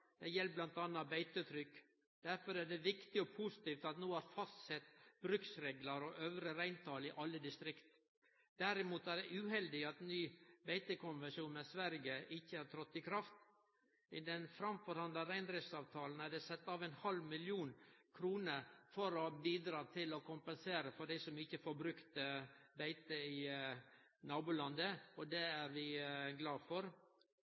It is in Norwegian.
Det gjeld bl.a. beitetrykk. Derfor er det viktig og positivt at det no er fastsett bruksreglar og øvre reintal i alle distrikt. Derimot er det uheldig at ny beitekonvensjon med Sverige ikkje har tredd i kraft. I den framforhandla reindriftsavtalen er det sett av ein halv million kroner for å bidra til å kompensere for dei som ikkje får brukt beitet i nabolandet, og det er vi glade for. SV er oppsummert glad for